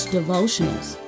devotionals